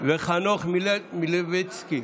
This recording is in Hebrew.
וחנוך מלביצקי.